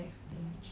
yes